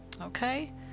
okay